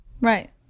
right